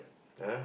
!huh!